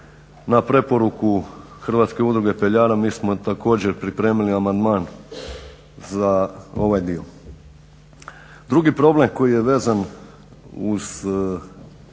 na preporuku Hrvatske udruge peljara mi smo također pripremili amandman za ovaj dio. Drugi problem koji je vezan uz